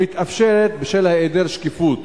דבר המתאפשר בשל היעדר שקיפות.